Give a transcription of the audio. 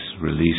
release